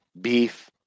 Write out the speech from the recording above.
beef